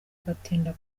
agatinda